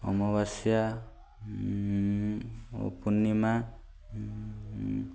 ଅମବାସ୍ୟା ଓ ପୂର୍ଣ୍ଣିମା